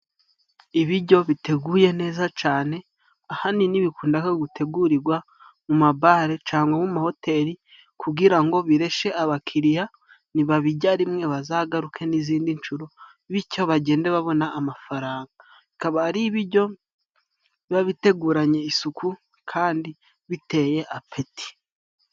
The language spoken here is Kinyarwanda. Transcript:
Ibiryo biteguye neza cane ahanini bikundaga gutegurirwa mu mabare cane mu mahoteli, kugira ngo bireshe abakiriya nibabijya rimwe bazagaruke n'izindi nshuro bityo bagende babona amafaranga. Bikaba ari ibiryo biba biteguranye isuku kandi biteye apeti.